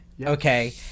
okay